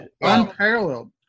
Unparalleled